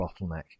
bottleneck